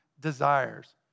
desires